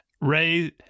Ray